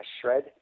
shred